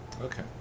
Okay